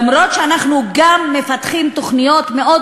אף-על-פי שאנחנו גם מפתחים תוכניות מאוד